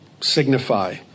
signify